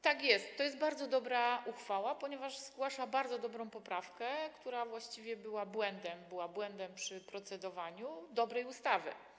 Tak jest, to jest bardzo dobra uchwała, ponieważ wnosi bardzo dobrą poprawkę, która właściwie była błędem przy procedowaniu dobrej ustawy.